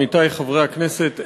עמיתי חברי הכנסת,